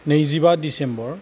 नैजिबा दिसेम्बर